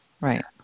Right